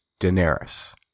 Daenerys